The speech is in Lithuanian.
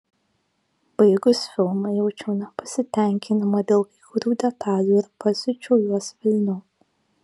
baigus filmą jaučiau nepasitenkinimą dėl kai kurių detalių ir pasiučiau juos velniop